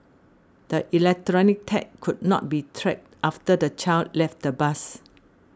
the electronic tag could not be tracked after the child left the bus